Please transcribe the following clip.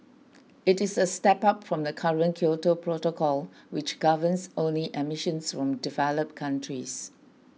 it is a step up from the current Kyoto Protocol which governs only emissions from developed countries